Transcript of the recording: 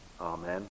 Amen